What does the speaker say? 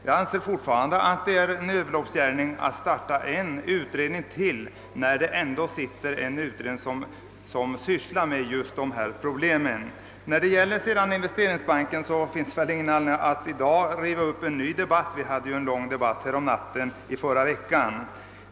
Jag anser fortfarande att det är en överloppsgärning att tillsätta ytterligare en utredning, när vi redan har en utredning som sysslar med dessa problem. Beträffande Investeringsbanken finns det ingen anledning att riva upp en ny debatt i dag. Vi hade ju en lång debatt om den saken i förra veckan.